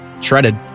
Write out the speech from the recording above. shredded